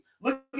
Look